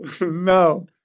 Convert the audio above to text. no